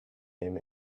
him